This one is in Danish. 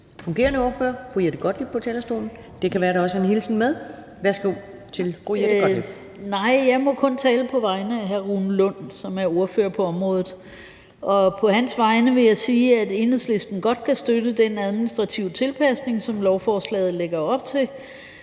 fungerende ordfører, fru Jette Gottlieb, på talerstolen. Det kan være, at der også er en hilsen med. Værsgo til fru Jette Gottlieb. Kl. 15:43 (Ordfører) Jette Gottlieb (EL): Nej, jeg må kun tale på vegne af Rune Lund, som er ordfører på området. På hans vegne vil jeg sige, at Enhedslisten godt kan støtte den administrative tilpasning, som lovforslaget lægger op til,